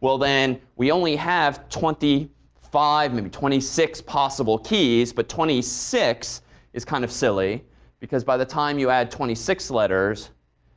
well then we only have twenty five, maybe twenty six possible keys. but twenty six is kind of silly because by the time you add twenty six letters